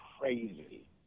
crazy